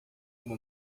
uma